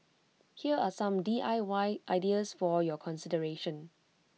here are some D I Y ideas for your consideration